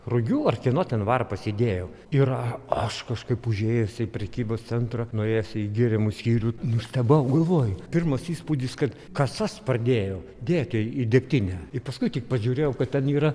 rugių ar kieno ten varpas idėjo ir aš kažkaip užėjęs į prekybos centrą nuėjęs į gėrimų skyrių nustebau galvoju pirmas įspūdis kad kasas pradėjo dėti į degtinę ir paskui tik pažiūrėjau kad ten yra